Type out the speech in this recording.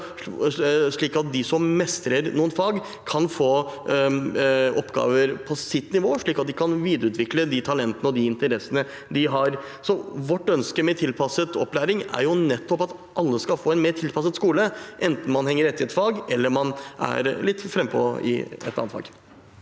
kan de som mestrer noen fag, få oppgaver på sitt nivå, slik at de kan videreutvikle de talentene og de interessene de har. Vårt ønske med tilpasset opplæring er nettopp at alle skal få en mer tilpasset skole, enten man henger etter i et fag, eller man er litt frampå i et annet fag.